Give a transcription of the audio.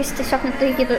jis tiesiog neturi kito